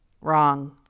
Wrong